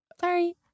Sorry